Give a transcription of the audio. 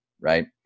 right